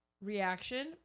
reaction